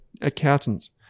accountants